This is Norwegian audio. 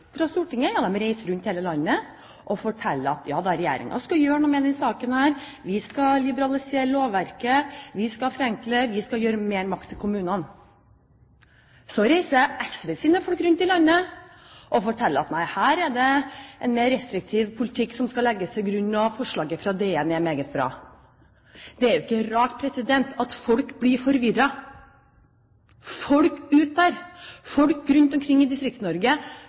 Stortinget reiser rundt i hele landet og forteller at regjeringen skal gjøre noe med denne saken, vi skal liberalisere lovverket, vi skal forenkle, vi skal gi mer makt til kommunene. Så reiser SVs folk rundt i landet og forteller at her er det en mer restriktiv politikk som skal legges til grunn, og at forslaget fra DN er meget bra. Det er ikke rart at folk blir forvirret. Folk der ute, folk rundt omkring i